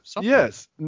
Yes